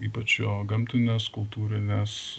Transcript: ypač jo gamtinės kultūrinės